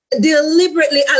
deliberately